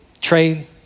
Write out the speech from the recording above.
Trade